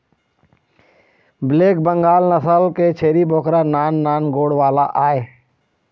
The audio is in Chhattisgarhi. ब्लैक बंगाल नसल के छेरी बोकरा नान नान गोड़ वाला आय